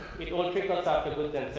it all trickles out. the goods